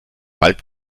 bald